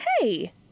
Hey